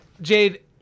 Jade